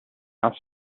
must